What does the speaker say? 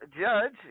Judge